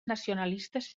nacionalistes